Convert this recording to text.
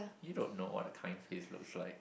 you don't know what a kind face looks like